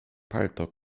palto